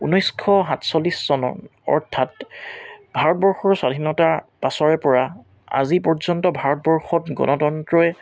ঊনৈছশ সাতচল্লিছ চনৰ অৰ্থাৎ ভাৰতবৰ্ষৰ স্বাধীনতাৰ পাছৰে পৰা আজি পৰ্যন্ত ভাৰতবৰ্ষত গণতন্ত্ৰই